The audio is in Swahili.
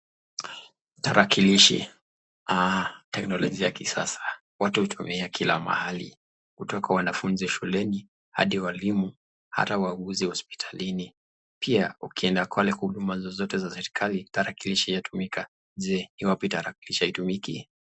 Tarakilishi, teknolojia ya kisasa. Watu hutumia kila mahali, kutoka wanafunzi shuleni, hadi walimu, hata wauguzi hospitalini, pia ukienda kule kwa huduma zozote za serikali, tarakilishi yatumika. Je, ni wapi tarakilishi haitumiki?